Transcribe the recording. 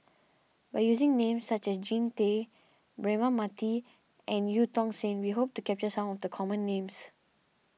by using names such as Jean Tay Braema Mathi and Eu Tong Sen we hope to capture some of the common names